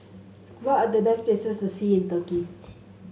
what are the best places to see in Turkey